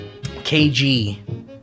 KG